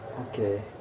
Okay